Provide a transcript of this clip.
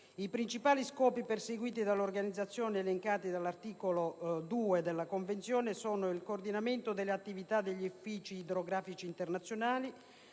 I principali scopi perseguiti dall'Organizzazione, elencati all'articolo II della Convenzione, sono: il coordinamento delle attività degli uffici idrografici internazionali;